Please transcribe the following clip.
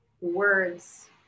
words